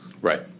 Right